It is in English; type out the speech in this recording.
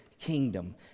kingdom